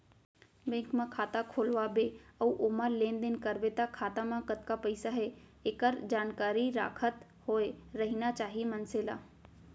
bank म खाता खोलवा बे अउ ओमा लेन देन करबे त खाता म कतका पइसा हे एकर जानकारी राखत होय रहिना चाही मनसे ल